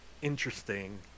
interesting